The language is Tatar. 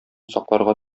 сакларга